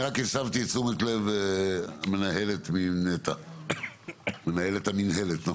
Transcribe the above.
אני רק הסבתי את תשומת לב מנהלת המינהלת מנת"ע,